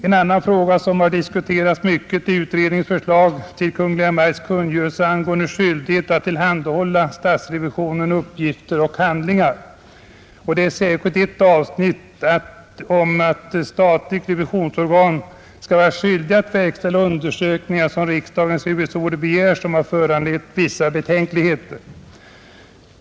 En annan fråga som har diskuterats mycket är utredningens förslag till Kungl. Maj:ts kungörelse angående skyldighet att tillhandahålla statsrevisionen uppgifter och handlingar. Särskilt ett avsnitt om att statligt revisionsorgan skall vara skyldigt att verkställa undersökningar som riksdagens revisorer begär har föranlett invändningar från vissa håll.